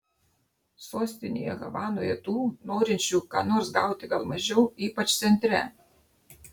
sostinėje havanoje tų norinčių ką nors gauti gal mažiau ypač centre